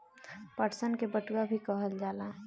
पटसन के पटुआ भी कहल जाला